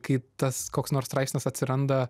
kai tas koks nors straipsnis atsiranda